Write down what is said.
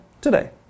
today